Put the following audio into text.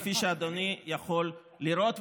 כפי שאדוני יכול לראות.